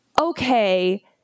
okay